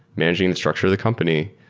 managing the structure of the company,